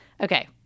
Okay